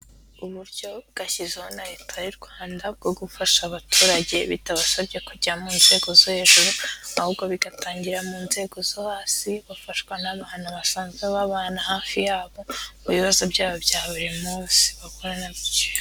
Uburyo bwashyizeho na leta y'u Rwanda, bwo gufasha abaturage bitabasabye kujya mu nzego zo hejuru, ahubwo bigatangirira mu nzego zo hasi, bafashwa n'abantu basanzwe babana hafi yabo, mu bibazo byabo bya buri munsi bahura na byo.